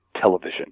television